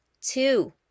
Two